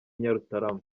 nyarutarama